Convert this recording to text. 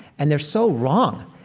and they're so wrong.